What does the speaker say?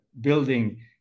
building